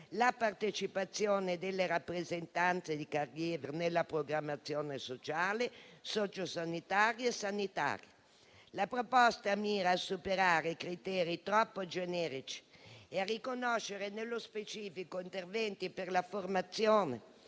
la partecipazione delle rappresentanze di *caregiver* nella programmazione sociale, socio sanitaria e sanitaria. La proposta mira a superare i criteri troppo generici e riconoscere nello specifico interventi per la formazione,